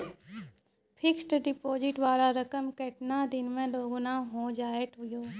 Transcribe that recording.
Fixed deposit वाला रकम केतना दिन मे दुगूना हो जाएत यो?